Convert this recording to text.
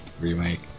Remake